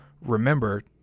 remember